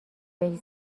بهش